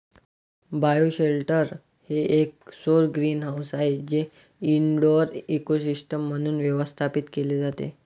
bioshelter हे एक सौर ग्रीनहाऊस आहे जे इनडोअर इकोसिस्टम म्हणून व्यवस्थापित केले जाते